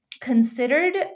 considered